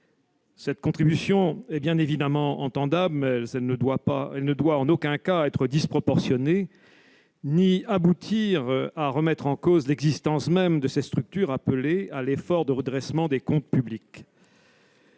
Cette contribution est bien évidemment compréhensible, mais elle ne doit en aucun cas être disproportionnée ni aboutir à remettre en cause l'existence même de ces structures appelées à l'effort de redressement des comptes publics.